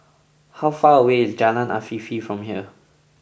how far away is Jalan Afifi from here